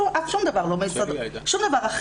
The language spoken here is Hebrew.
שום דבר אחר,